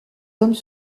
hommes